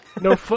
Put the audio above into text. No